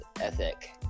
ethic